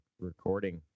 recording